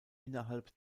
innerhalb